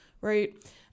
Right